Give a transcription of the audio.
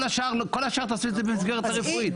כל השאר תעשה את זה במסגרת הרפואית.